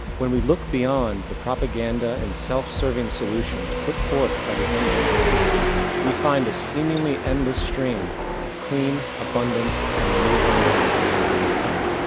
when we look beyond the propaganda and self-serving solutions put forth by the energy companies we find a seemingly endless stream of clean abundant and renewable energy for generating power.